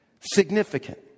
significant